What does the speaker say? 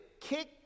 kick